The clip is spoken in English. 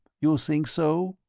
you think so?